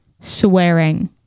swearing